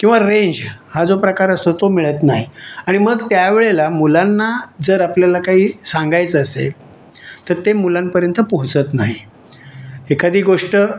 किंवा रेंज हा जो प्रकार असतो तो मिळत नाही आणि मग त्या वेळेला मुलांना जर आपल्याला काही सांगायचं असेल तर ते मुलांपर्यंत पोहोचत नाही एखादी गोष्ट